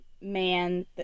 man